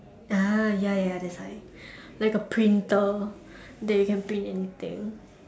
ya ya that's why like a printer that you can print anything